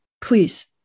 please